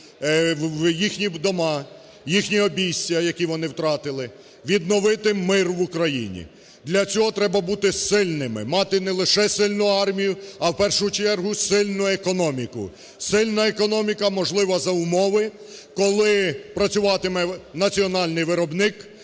їхні дома, в їхні обійстя, які вони втратили, відновити мир в Україні. Для цього треба бути сильними, мати не лише сильну армію, а, в першу чергу, сильну економіку. Сильна економіка можлива за умови, коли працюватиме національний виробник,